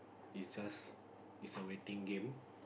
is just is a waiting game